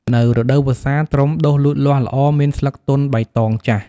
នៅរដូវវស្សា ត្រុំដុះលូតលាស់ល្អ មានស្លឹកទន់បៃតងចាស់។